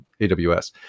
AWS